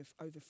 over